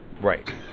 right